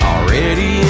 Already